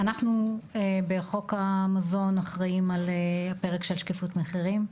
אנחנו בחוק המזון אחראים על הפרק של שקיפות מחירים.